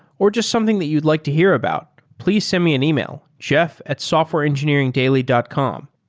or just something that you'd like to hear about, please send me an email, jeff at softwareengineeringdaily dot com.